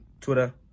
Twitter